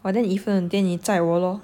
!wah! then evelyn 给你载我 lor